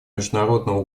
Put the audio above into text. международного